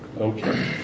Okay